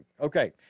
Okay